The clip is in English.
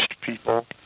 people